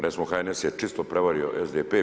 Recimo HNS je čisto prevario SDP-e.